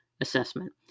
assessment